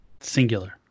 Singular